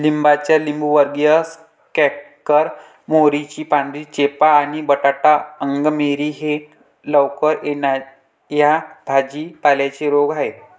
लिंबाचा लिंबूवर्गीय कॅन्कर, मोहरीची पांढरी चेपा आणि बटाटा अंगमेरी हे लवकर येणा या भाजी पाल्यांचे रोग आहेत